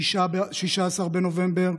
16 בנובמבר,